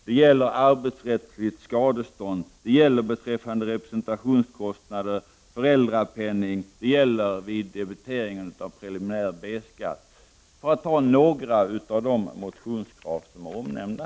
Det gäller arbetsrättsligt skadestånd. Det gäller representationskostnader och föräldrapenning. Dessutom gäller det debiteringen av preliminär B skatt. Det här är bara några av de motionskrav som är omnämnda.